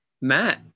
Matt